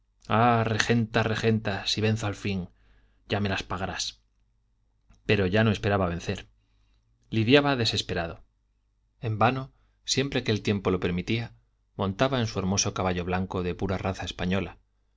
ah regenta regenta si venzo al fin ya me las pagarás pero ya no esperaba vencer lidiaba desesperado en vano siempre que el tiempo lo permitía montaba en su hermoso caballo blanco de pura raza española